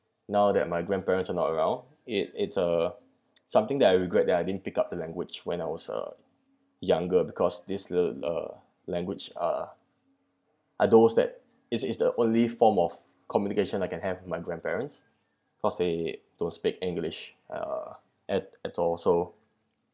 now that my grandparents are not around it it's uh something that I regret that I didn't pick up the language when I was uh younger because this uh uh language uh are those that it's it's the only form of communication I can have with my grandparents cause they don't speak english uh at at all so